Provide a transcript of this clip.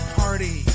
party